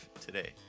today